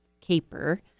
caper